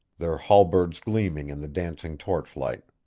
their halberds gleaming in the dancing torchlight.